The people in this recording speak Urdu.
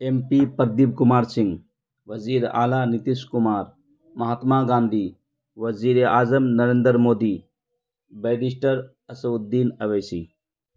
ایم پی پردیپ کمار سنگھ وزیر اعلیٰ نتیش کمار مہاتما گاندھی وزیر اعظم نریندر مودی بیرسٹر اسدالدین اویسی